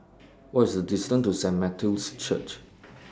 What's The distance to Saint Matthew's Church